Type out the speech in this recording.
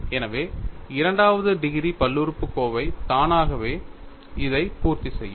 எனவே இரண்டாவது டிகிரி பல்லுறுப்புக்கோவை தானாகவே இதை பூர்த்தி செய்யும்